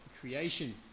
creation